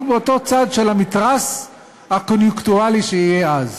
באותו צד של המתרס הקוניוקטורלי שיהיה אז,